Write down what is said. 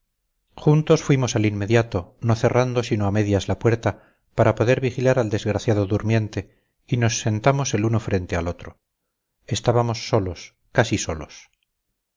juntos fuimos al inmediato no cerrando sino a medias la puerta para poder vigilar al desgraciado durmiente y nos sentamos el uno frente al otro estábamos solos casi solos